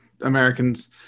Americans